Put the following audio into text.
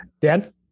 Dan